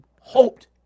hoped